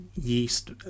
yeast